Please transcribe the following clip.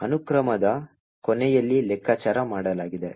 ಅನುಕ್ರಮದ ಕೊನೆಯಲ್ಲಿ ಲೆಕ್ಕಾಚಾರ ಮಾಡಲಾಗಿದೆ